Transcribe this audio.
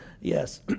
Yes